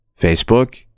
Facebook